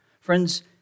Friends